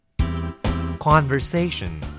conversation